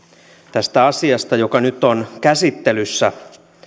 tästä asiasta joka nyt on käsittelyssä